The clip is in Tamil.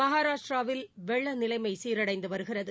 மகாராஷ்டிராவில் வெள்ள நிலைமை சீரடைந்து வருகிறது